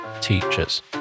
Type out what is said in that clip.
teachers